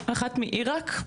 אחת מעירק,